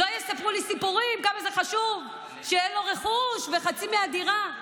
שלא יספרו לי סיפורים כמה זה חשוב שאין לו רכוש וחצי מדירה.